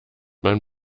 man